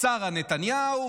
שרה נתניהו.